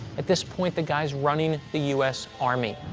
at this point, the guy's running the u s. army.